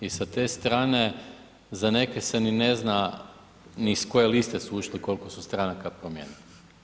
I sa te strane za neke se ni ne zna ni s koje liste su ušli koliko su stranaka promijenili.